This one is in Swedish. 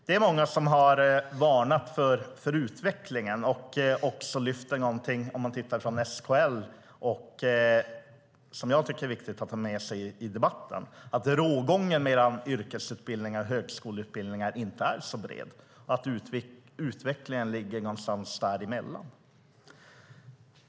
Det är många som har varnat för utvecklingen och också lyfter fram någonting från SKL som jag tycker är viktigt att ha med sig i debatten, nämligen att rågången mellan era yrkesutbildningar och högskoleutbildningar inte är särskilt bred. Utvecklingen ligger i stället någonstans däremellan.